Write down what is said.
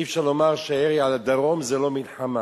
אי-אפשר לומר שירי על הדרום זה לא מלחמה.